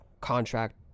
contract